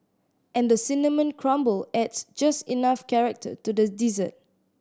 and the cinnamon crumble adds just enough character to the dessert